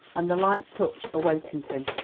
and the light touch awakened him.